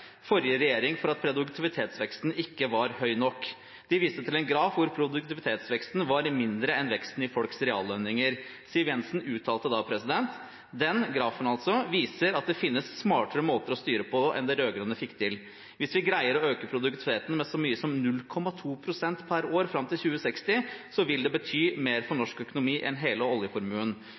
forrige regjering for at produktivitetsveksten ikke var høy nok. De viste til en graf der produktivitetsveksten var mindre enn veksten i folks reallønninger. Siv Jensen uttalte da: «Den viser at det finnes smartere måter å styre på enn det de rødgrønne fikk til. Hvis vi greier å øke produktiviteten med så lite som 0,2 prosent pr. år frem til 2060, vil det bety mer for norsk økonomi enn hele